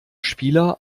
spieler